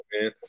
man